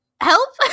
help